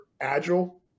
agile